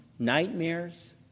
Nightmares